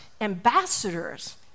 ambassadors